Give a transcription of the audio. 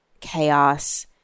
chaos